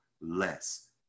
less